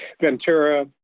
Ventura